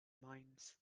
minds